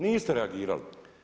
Niste reagirali.